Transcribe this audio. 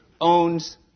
owns